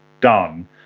done